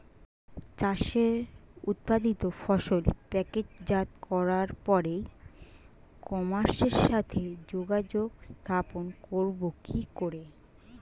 চাষের উৎপাদিত ফসল প্যাকেটজাত করার পরে ই কমার্সের সাথে যোগাযোগ স্থাপন করব কি করে?